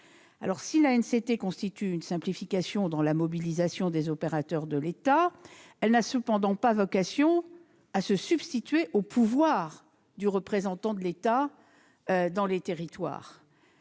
Si l'ANCT constitue une simplification dans la mobilisation des opérateurs de l'État, elle n'a cependant pas vocation à se substituer au pouvoir du représentant de l'État dans les territoires.